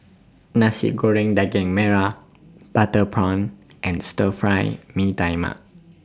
Nasi Goreng Daging Merah Butter Prawn and Stir Fry Mee Tai Mak